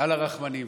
על הרחמנים".